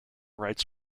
rights